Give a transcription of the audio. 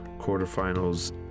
quarterfinals